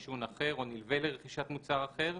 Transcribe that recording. נלווה לרכישת מוצר אחר,